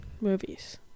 movies